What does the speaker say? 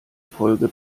folge